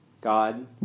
God